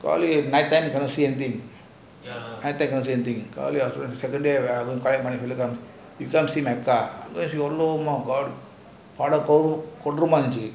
night time cannot see anything night time you cannot see anything cannot see my car second day போகும் விருப்பாங்க இருந்துச்சி:pogum konrupanga irunthuchi